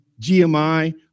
GMI